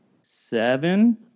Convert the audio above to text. seven